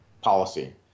Policy